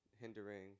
hindering